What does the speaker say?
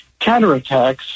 counterattacks